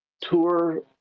tour